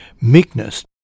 meekness